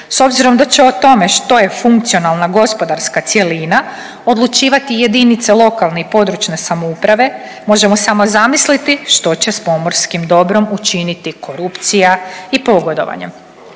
S obzirom da će o tome što je funkcionalna gospodarska cjelina odlučivati JLPS možemo samo zamisliti što će s pomorskim dobrom učiniti korupcija i pogodovanja.